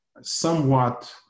somewhat